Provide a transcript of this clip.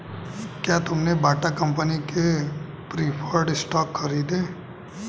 क्या तुमने Bata company के प्रिफर्ड स्टॉक खरीदे?